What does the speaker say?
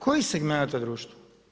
Kojih segmenata društva?